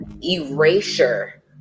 erasure